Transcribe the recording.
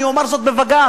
אני אומר זאת בבג"ץ.